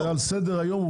זה על סדר היום.